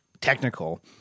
technical